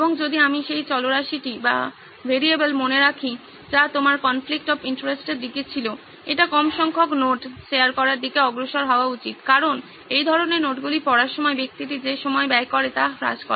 এবং যদি আমি সেই চলরাশিটি মনে রাখি যা তোমার কনফ্লিক্ট অফ ইন্টারেস্টের দিকে ছিল এটা কম সংখ্যক নোট শেয়ার করার দিকে অগ্রসর হওয়া উচিত কারণ এই ধরণের নোটগুলি পড়ার সময় ব্যক্তিটি যে সময় ব্যয় করে তা হ্রাস করে